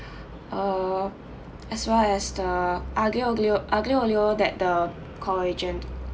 uh as well as the aglio-olio aglio-olio that the call agent